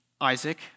Isaac